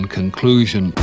conclusion